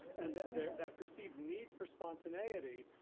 and there that perceived need for spontaneity,